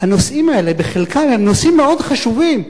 הנושאים האלה בחלקם הם נושאים מאוד חשובים.